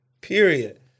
period